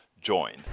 join